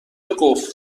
قفل